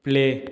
play